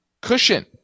cushion